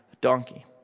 donkey